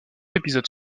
épisodes